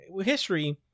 History